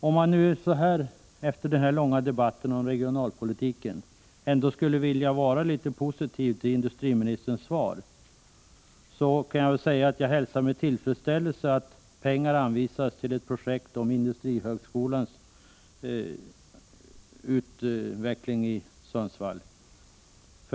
Om jag nu, efter den långa debatten om regionalpolitiken, ändå skulle vara litet positiv till industriministerns svar, kan jag säga att jag hälsar med tillfredsställelse att pengar anvisas till ett projekt för industrihögskolans utveckling i Sundsvall.